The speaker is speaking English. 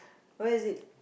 where is it